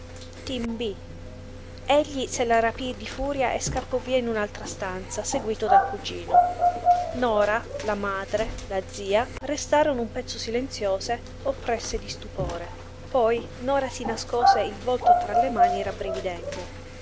m'bi egli se la rapí di furia e scappò via in un'altra stanza seguito dal cugino nora la madre la zia restarono un pezzo silenziose oppresse di stupore poi nora si nascose il volto tra le mani